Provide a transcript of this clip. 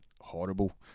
horrible